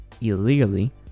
illegally